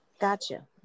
Gotcha